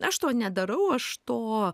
aš to nedarau aš to